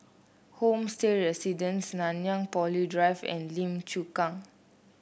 Homestay Residences Nanyang Poly Drive and Lim Chu Kang